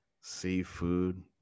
seafood